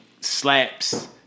slaps